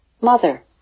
mother